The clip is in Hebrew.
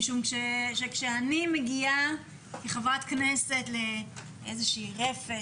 משום כשאני מגיעה כחברת כנסת לאיזושהי רפת,